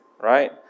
right